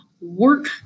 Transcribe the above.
work